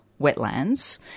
wetlands